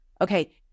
Okay